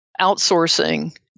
outsourcing